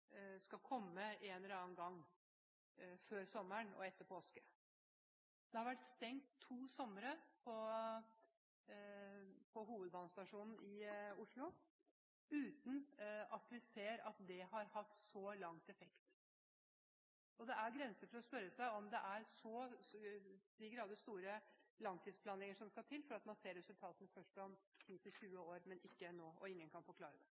skal komme en eller annen gang før sommeren og etter påske. Hovedbanestasjonen i Oslo har vært stengt to somre, uten at vi ser at det så langt har hatt effekt. Er det så stor langtidsplanlegging som skal til når man skal se resultatene først om ti–tjue år, men ikke nå? Ingen kan forklare det.